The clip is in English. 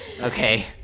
okay